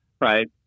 right